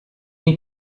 you